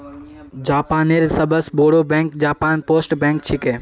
जापानेर सबस बोरो बैंक जापान पोस्ट बैंक छिके